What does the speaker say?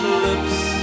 lips